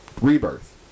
Rebirth